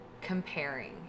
comparing